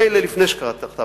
מילא לפני שקראתי את המכתב,